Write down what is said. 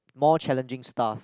more challenging stuff